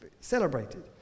Celebrated